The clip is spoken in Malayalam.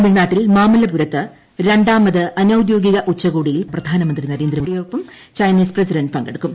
തമിഴ്നാട്ടിൽ മാമല്ലപുരത്ത് രണ്ടാമത് അനൌദ്യോഗിക ഉച്ചകോടിയിൽ പ്രധാനമന്ത്രി നരേന്ദ്രമോദിയോടൊപ്പം ചൈനീസ് പ്രസിഡന്റ് പങ്കെടുക്കും